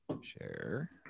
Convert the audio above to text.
Share